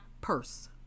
purse